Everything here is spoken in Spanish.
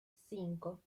cinco